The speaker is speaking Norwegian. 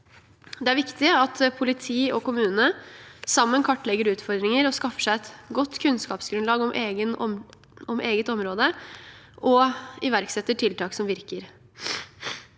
Det er viktig at politi og kommune sammen kartlegger utfordringer, skaffer seg et godt kunnskapsgrunnlag om eget område og iverksetter tiltak som virker.